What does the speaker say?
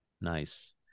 Nice